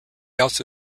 also